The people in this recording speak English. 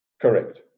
Correct